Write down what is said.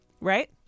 Right